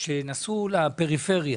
שנסעו לעבוד בפריפריה.